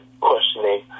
questioning